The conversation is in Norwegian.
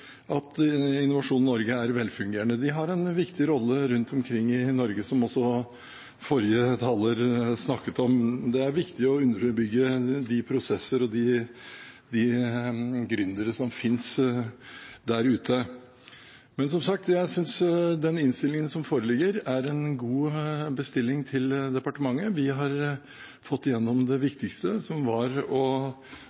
at Innovasjon Norge er velfungerende. De har en viktig rolle rundt omkring i Norge, som også forrige taler snakket om. Det er viktig å underbygge de prosesser og de gründere som finnes der ute. Som sagt, jeg synes den innstillingen som foreligger, er en god bestilling til departementet. Vi har fått igjennom det